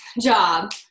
job